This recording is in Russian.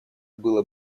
было